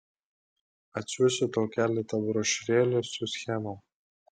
atsiųsiu tau keletą brošiūrėlių su schemom